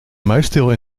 muisstil